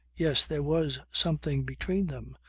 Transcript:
yes, there was something between them,